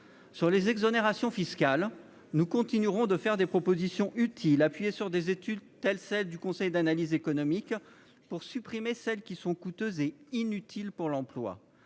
les exonérations fiscales, nous continuerons de faire des propositions utiles, appuyées sur des études telles que celle du Conseil d'analyse économique, pour supprimer les exonérations coûteuses et inutiles pour l'emploi.